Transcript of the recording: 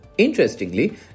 Interestingly